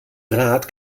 draht